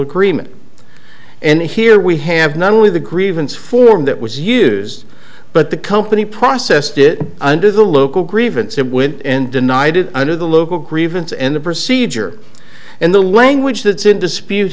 agreement and here we have not only the grievance form that was used but the company processed it under the local grievance it went and denied it under the local grievance and the procedure and the language that's in dispute